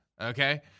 Okay